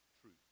truth